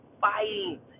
fighting